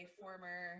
former